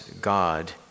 God